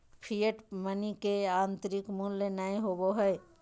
fiat money के आंतरिक मूल्य नय होबो हइ